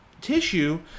tissue